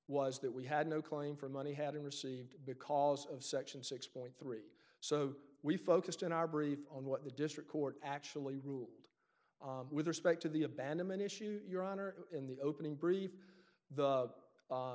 was that we had no claim for money hadn't received because of section six point three so we focused in our brief on what the district court actually ruled with respect to the abandonment issues your honor in the opening brief the